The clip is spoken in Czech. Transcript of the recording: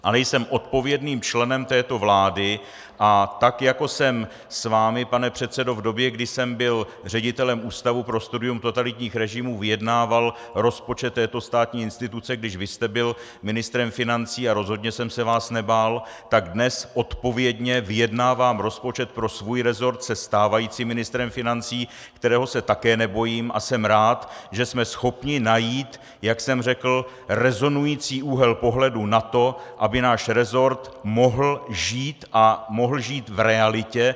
A nejsem odpovědným členem této vlády, a tak jako jsem s vámi, pane předsedo, v době, kdy jsem byl ředitelem Ústavu pro studium totalitních režimů, vyjednával rozpočet této státní instituce, když vy jste byl ministrem financí, a rozhodně jsem se vás nebál, tak dnes odpovědně vyjednávám rozpočet pro svůj resort se stávajícím ministrem financí, kterého se také nebojím, a jsem rád, že jsme schopni najít, jak jsem řekl, rezonující úhel pohledu na to, aby náš resort mohl žít a mohl žít v realitě.